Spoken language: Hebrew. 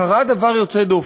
קרה דבר יוצא דופן,